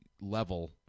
level